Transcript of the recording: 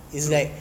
true